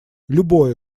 любое